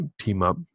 team-up